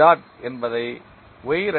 kM